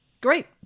Great